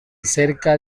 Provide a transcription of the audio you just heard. cerca